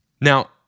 Now